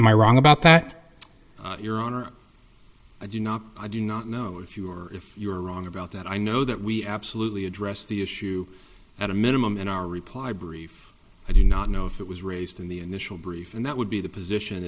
am i wrong about that your honor i do not i do not know if you are if you are wrong about that i know that we absolutely address the issue at a minimum in our reply brief i do not know if it was raised in the initial brief and that would be the position